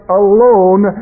alone